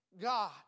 God